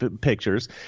pictures